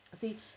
see